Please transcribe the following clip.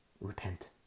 Repent